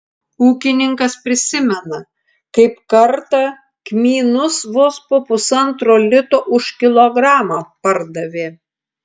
ūkininkas prisimena kaip kartą kmynus vos po pusantro lito už kilogramą pardavė